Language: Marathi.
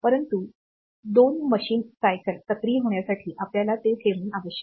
परंतु दोन मशीन चक्र सक्रिय होण्यासाठी आपल्याला ते ठेवणे आवश्यक आहे